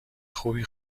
خوبی